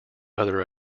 other